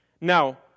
Now